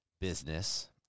business